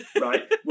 right